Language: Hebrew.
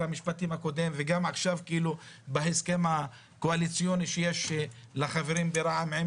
המשפטים הקודם וגם עכשיו בהסכם הקואליציוני שיש לחברים ברע"ם.